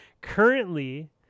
Currently